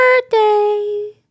birthday